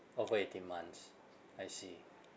over eighteen months I see